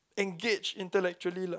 engage intellectually lah